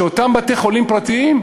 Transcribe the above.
ואותם בתי-חולים פרטיים,